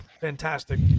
fantastic